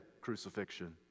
crucifixion